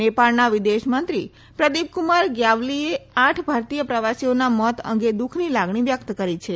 નેપાળના વિદેશમંત્રી પ્રદીપક્રમાર ગયાવલીએ આઠ ભારતીય પ્રવાસીઓના મોત અંગે દુઃખની લાગણી વ્યક્ત કરી છે